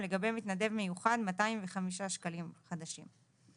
ולגבי מתנדב מיוחד - 205 שקלים חדשים,